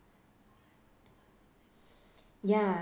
ya